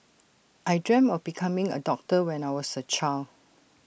I dreamt of becoming A doctor when I was A child